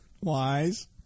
Wise